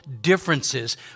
differences